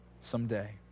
someday